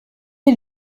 est